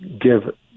give